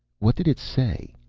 what did it say?